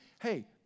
Hey